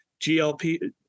GLP